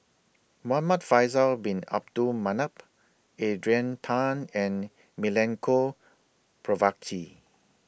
Muhamad Faisal Bin Abdul Manap Adrian Tan and Milenko Prvacki